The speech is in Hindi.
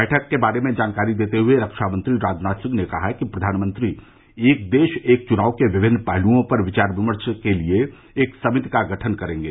बैठक के बारे में जानकारी देते हुए रक्षा मंत्री राजनाथ सिंह ने कहा कि प्रधानमंत्री एक देश एक चुनाव के विभिन्न पहलुओं पर विचार विमर्श के लिए एक समिति का गठन करेंगे